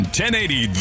1080